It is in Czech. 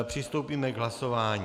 Přistoupíme k hlasování.